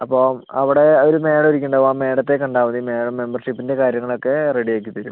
അപ്പം അവിടെ ഒര് മേഡം ഇരിക്ക് ഉണ്ടാവും ആ മേഡത്തെ കണ്ടാൽ മതി മേഡം മെമ്പർഷിപ്പിൻ്റെ കാര്യങ്ങൾ ഒക്കെ റെഡി ആക്കി തരും